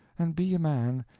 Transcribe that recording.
and be a man,